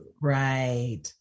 Right